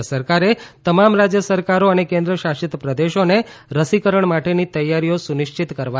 કેન્દ્ર સરકારે તમામ રાજ્ય સરકારો અને કેન્દ્રશાસિત પ્રદેશોને રસીકરણ માટેની તૈયારીઓ સુનિશ્ચિત કરવા જણાવ્યું છે